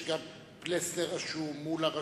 פלסנר רשום, מולה רשום,